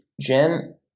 Jen